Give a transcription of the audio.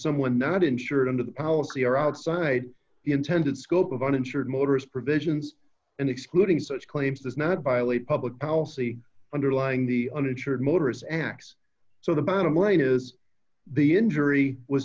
someone not insured under the policy are outside the intended scope of uninsured motorist provisions and excluding such claims does not violate public policy underlying the uninsured motorist acts so the bottom line is the injury was